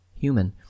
human